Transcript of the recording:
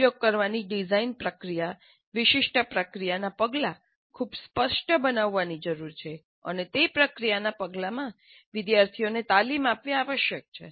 ઉપયોગ કરવાની ડિઝાઇન પ્રક્રિયા વિશિષ્ટ પ્રક્રિયાના પગલાં ખૂબ સ્પષ્ટ બનાવવાની જરૂર છે અને તે પ્રક્રિયાના પગલાંમાં વિદ્યાર્થીઓને તાલીમ આપવી આવશ્યક છે